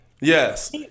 yes